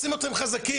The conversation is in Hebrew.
רוצים אתכם חזקים,